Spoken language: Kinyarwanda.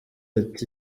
ati